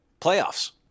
playoffs